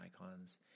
icons